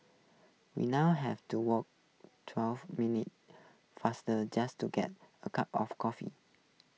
we now have to walk twelve minutes fast just to get A cup of coffee